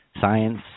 science